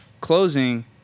closing